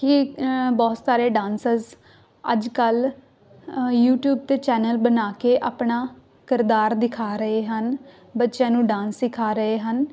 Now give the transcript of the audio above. ਕਿ ਬਹੁਤ ਸਾਰੇ ਡਾਂਸਰਸ ਅੱਜ ਕੱਲ੍ਹ ਯੂਟਿਊਬ 'ਤੇ ਚੈਨਲ ਬਣਾ ਕੇ ਆਪਣਾ ਕਿਰਦਾਰ ਦਿਖਾ ਰਹੇ ਹਨ ਬੱਚਿਆਂ ਨੂੰ ਡਾਂਸ ਸਿਖਾ ਰਹੇ ਹਨ